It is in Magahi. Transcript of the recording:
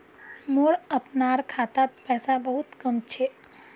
मोर अपनार खातात पैसा बहुत कम छ